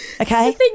Okay